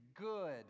good